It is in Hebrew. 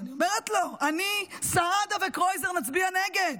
אז אני אומרת לו, אני, סעדה וקרויזר נצביע נגד.